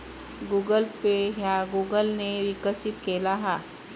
Google pay ह्या Google ने विकसित केला हा